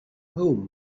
home